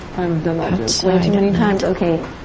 um done that joke way too many times. okay.